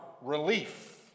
relief